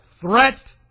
threat